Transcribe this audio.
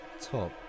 top